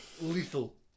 lethal